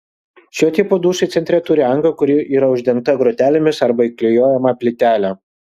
šio tipo dušai centre turi angą kuri yra uždengta grotelėmis arba įklijuojama plytele